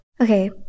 Okay